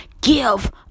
give